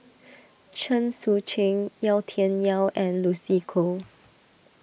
Chen Sucheng Yau Tian Yau and Lucy Koh